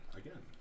again